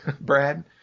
Brad